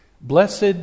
Blessed